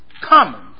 common